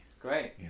Great